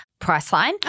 Priceline